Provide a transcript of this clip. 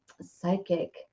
psychic